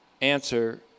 answer